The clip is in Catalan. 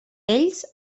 ells